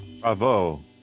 Bravo